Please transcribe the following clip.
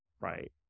right